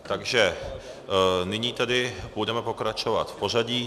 Takže nyní tedy budeme pokračovat v pořadí.